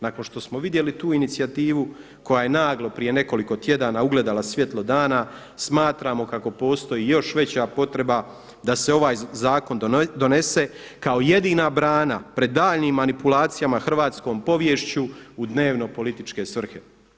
Nakon što smo vidjeli tu inicijativu koja je naglo prije nekoliko tjedana ugledala svjetlo dana smatramo kako postoji još veća potreba da se ovaj zakon donese kao jedina brana pred daljnjim manipulacijama hrvatskom poviješću u dnevno-političke svrhe.